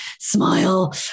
smile